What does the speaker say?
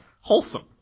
wholesome